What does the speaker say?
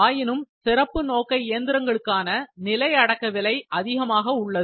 ஆயினும் சிறப்பு நோக்க இயந்திரங்களுக்கான நிலை அடக்க விலை அதிகமாக உள்ளது